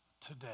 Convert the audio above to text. today